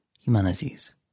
humanities